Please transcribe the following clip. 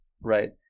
right